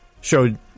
showed